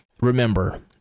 remember